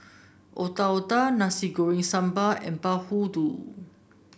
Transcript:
Otak Otak Nasi Goreng Sambal and bahulu